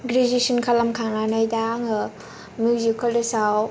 graduation खालामखांनानै दा आङो मिउजिक कलेजाव